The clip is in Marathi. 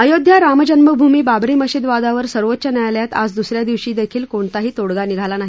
अयोध्या रामजन्मभूमी बाबरी मशिद वादावर सर्वोच्च न्यायालयात आज दुस या दिवशीदेखील कोणताही तोडगा निघाला नाही